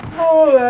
oh